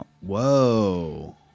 Whoa